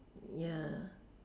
ya